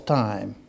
time